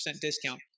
discount